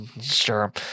Sure